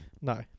No